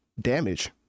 damage